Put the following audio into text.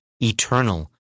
eternal